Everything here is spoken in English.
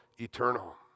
eternal